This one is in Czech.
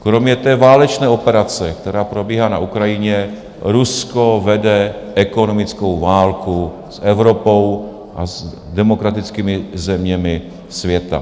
Kromě válečné operace, která probíhá na Ukrajině, Rusko vede ekonomickou válku s Evropou a s demokratickými zeměmi světa.